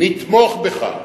נתמוך בך,